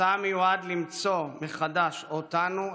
מסע המיועד למצוא מחדש אותנו,